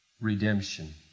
redemption